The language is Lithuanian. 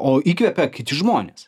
o įkvepia kiti žmonės